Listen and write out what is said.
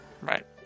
Right